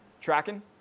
Tracking